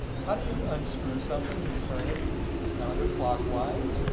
how do you unscrew something? you turn it counterclockwise.